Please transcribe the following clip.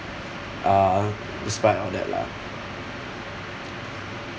uh in spite of that lah